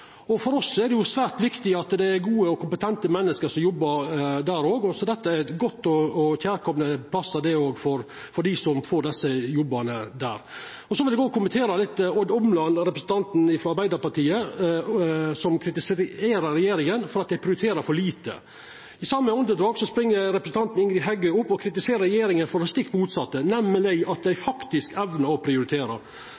For oss er det svært viktig at det er gode og kompetente menneske som jobbar der, og dette er gode og kjærkomne arbeidsplassar for dei som får desse jobbane. Så vil eg òg kommentera: Odd Omland, representanten frå Arbeidarpartiet, kritiserer regjeringa for at dei prioriterer for lite. I same andedrag spring representanten Ingrid Heggø opp og kritiserer regjeringa for det stikk motsette, nemleg at dei